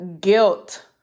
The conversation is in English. guilt